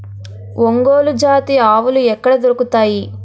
ఒంగోలు జాతి ఆవులు ఎక్కడ దొరుకుతాయి?